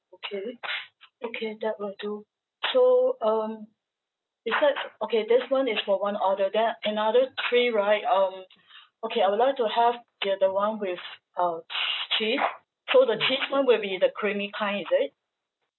okay okay that will do so um besides okay this [one] is for one order then another three right um okay I would like to have ya the one with uh ch~ cheese so the cheese [one] will be the creamy kind is it